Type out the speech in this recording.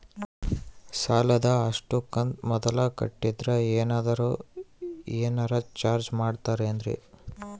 ಸಾಲದ ಅಷ್ಟು ಕಂತು ಮೊದಲ ಕಟ್ಟಿದ್ರ ಏನಾದರೂ ಏನರ ಚಾರ್ಜ್ ಮಾಡುತ್ತೇರಿ?